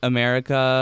America